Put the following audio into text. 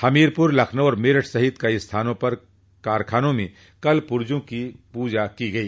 हमीरपुर लखनऊ और मेरठ सहित कई स्थानों पर कारखानों में कलपुर्जो की पूजा की गई